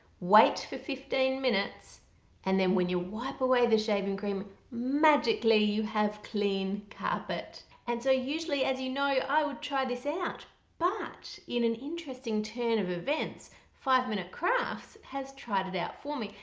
for fifteen minutes and then when you wipe away the shaving cream. magically you have clean carpet and so usually as you know i would try this out but in an interesting turn of events five minute crafts has tried it out for me!